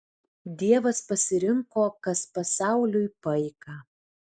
dievas pasirinko kas pasauliui paika